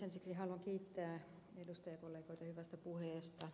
ensiksi haluan kiittää edustajakollegoita hyvistä puheista